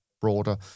broader